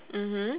mmhmm